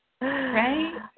Right